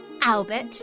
Albert